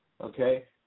Okay